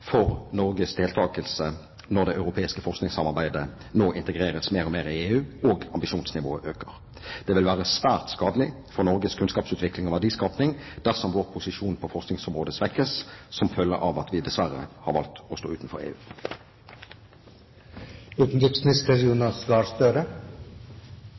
for Norges deltakelse når det europeiske forskningssamarbeidet nå integreres mer og mer i EU og ambisjonsnivået øker. Det vil være svært skadelig for Norges kunnskapsutvikling og verdiskapning dersom vår posisjon på forskningsområdet svekkes som følge av at vi dessverre har valgt å stå utenfor